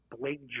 Blake